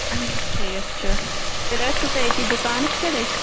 اَہَن حظ ٹھیٖک چھِ تیٚلہِ ٲسوٕ تُہۍ أتی دُکانَس پٮ۪ٹھٕے